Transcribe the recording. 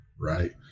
right